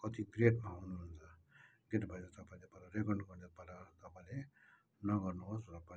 कति ग्रेटमा हुनुहुन्छ किनभने तपाईँले पहिला जे गर्नु पर्ने पहिला तपाईँले नगर्नुहोस् र पहिला